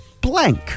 blank